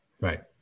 Right